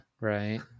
right